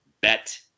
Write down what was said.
Bet